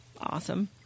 awesome